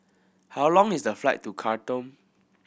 how long is the flight to Khartoum